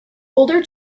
older